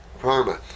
Karma